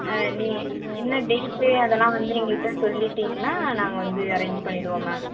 ஆ நீங்க என்ன டேட்டு அதெல்லாம் வந்து எங்கள்ட்ட சொல்லிட்டீங்கன்னா நாங்க வந்து அரேஞ்ச் பண்ணிடுவோம் மேம்